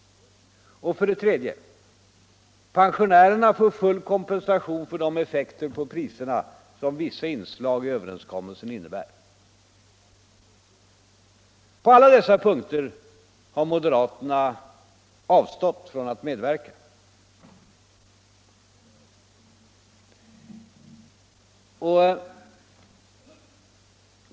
För det tredje får pensionärerna full kompensation för de effekter på priserna som vissa inslag i överenskommelsen innebär. På alla dessa punkter har moderaterna avstått från att medverka.